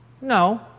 No